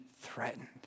threatened